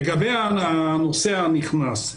לגבי הנוסע הנכנס,